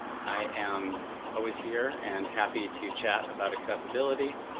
i am always here and happy to chat about accessibility.